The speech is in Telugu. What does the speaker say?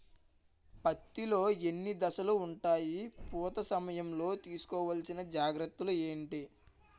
పత్తి లో ఎన్ని దశలు ఉంటాయి? పూత సమయం లో తీసుకోవల్సిన జాగ్రత్తలు ఏంటి?